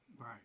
Right